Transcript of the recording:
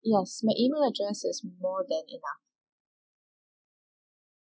yes my email address is more than enough